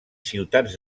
ciutats